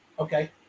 okay